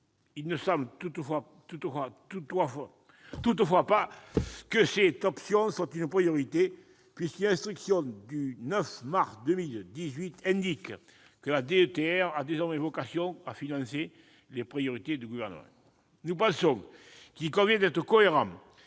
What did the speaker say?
Il ne semble toutefois pas que cette option soit une priorité, puisqu'une instruction du 9 mars 2018 indique que la DETR a désormais vocation à financer les priorités du Gouvernement ! Nous pensons qu'il convient de faire